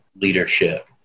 leadership